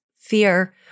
fear